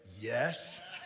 yes